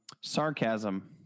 sarcasm